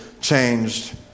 changed